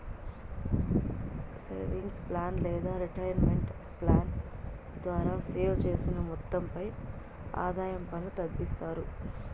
savings plan లేదా retirement plan ద్వారా save చేసిన మొత్తంపై ఆదాయ పన్ను తగ్గిస్తారు